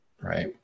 right